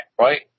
right